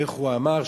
איך הוא אמר?